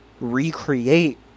recreate